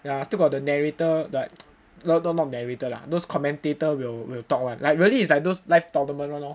ya still got the narrator like no not not narrator lah those commentator will will talk [one] like really it's like those live tornament [one] lor